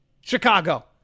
Chicago